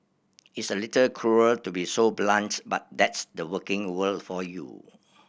it's a little cruel to be so blunt but that's the working world for you